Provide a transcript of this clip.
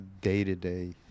day-to-day